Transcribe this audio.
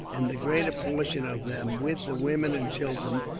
and the greater portion of them, with the women and children,